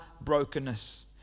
brokenness